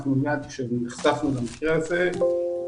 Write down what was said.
מיד עת נחשפנו למקרה הזה,